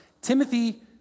Timothy